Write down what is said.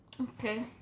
Okay